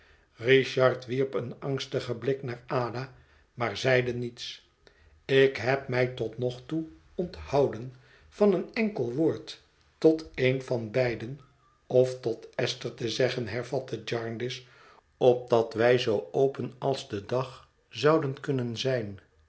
richard wierp een angstigen blik naar ada maar zeide niets ik heb mij tot nog toe onthouden van een enkel woord tot een van beiden of tot esther te zeggen hervatte jarndyce opdat wij zoo open als de dag zouden kunnen zijn